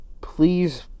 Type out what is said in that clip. please